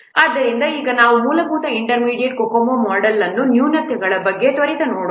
ಆದ್ದರಿಂದ ಈಗ ನಾವು ಮೂಲಭೂತ ಮತ್ತು ಇಂಟರ್ಮೀಡಿಯೇಟ್ COCOMO ಮೊಡೆಲ್ ಯ ನ್ಯೂನತೆಗಳ ಬಗ್ಗೆ ತ್ವರಿತವಾಗಿ ನೋಡೋಣ